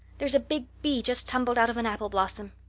here's a big bee just tumbled out of an apple blossom.